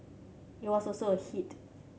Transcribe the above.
it was also a hit